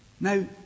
Now